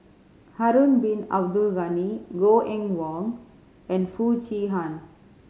Harun Bin Abdul Ghani Goh Eng Wah and Foo Chee Han